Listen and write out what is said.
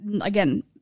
again